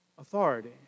authority